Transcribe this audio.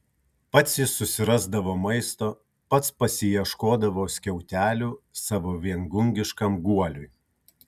pats jis susirasdavo maisto pats pasiieškodavo skiautelių savo viengungiškam guoliui